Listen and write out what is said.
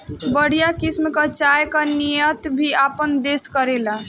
बढ़िया किसिम कअ चाय कअ निर्यात भी आपन देस करेला